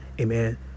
amen